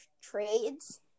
trades